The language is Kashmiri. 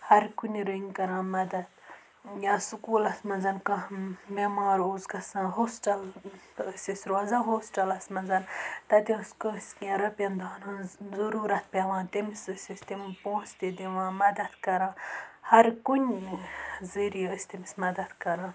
ہَر کُنہِ رٔنٛگۍ کَران مدد یا سکوٗلَس منٛز کانٛہہ بیٚمار اوس گژھان ہوسٹَل ٲسۍ أسۍ روزان ہوسٹَلَس منٛز تَتہِ ٲس کٲنٛسہِ کیٚنٛہہ رۄپیَن دَہَن ہنٛز ضروٗرت پیٚوان تٔمِس ٲسۍ أسۍ تِم پونٛسہٕ تہِ دِوان مدد کَران ہَر کُنہِ ذٔریعہِ ٲسۍ تٔمِس مدد کَران